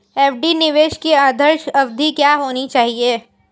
FD निवेश की आदर्श अवधि क्या होनी चाहिए?